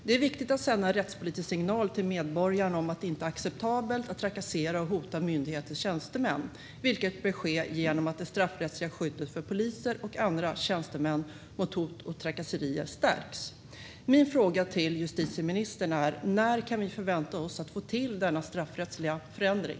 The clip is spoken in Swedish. Det är viktigt att sända en rättspolitisk signal till medborgarna om att det inte är acceptabelt att trakassera och hota myndigheters tjänstemän, och detta bör ske genom att det straffrättsliga skyddet mot hot och trakasserier för poliser och andra tjänstemän stärks. Min fråga till justitieministern är: När kan vi förvänta oss att få till denna straffrättsliga förändring?